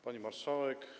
Pani Marszałek!